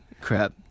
Crap